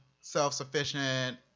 self-sufficient